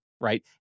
right